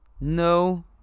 No